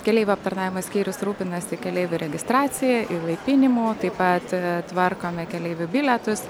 keleivių aptarnavimo skyrius rūpinasi keleivių registracija įlaipinimu taip pat tvarkome keleivių bilietus